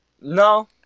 No